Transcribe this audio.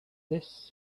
this